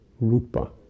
rupa